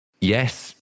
yes